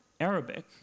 Arabic